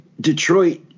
Detroit